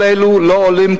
כל אלו לא עולים,